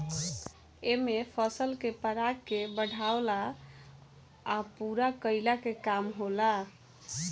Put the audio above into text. एमे फसल के पराग के बढ़ावला आ पूरा कईला के काम होला